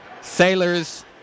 Sailors